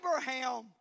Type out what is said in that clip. Abraham